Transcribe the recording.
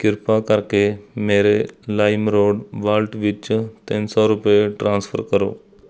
ਕ੍ਰਿਪਾ ਕਰਕੇ ਮੇਰੇ ਲਾਈਮਰੋਡ ਵਾਲਟ ਵਿੱਚ ਤਿੰਨ ਸੌ ਰੁਪਏ ਟ੍ਰਾਂਸਫਰ ਕਰੋ